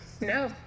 No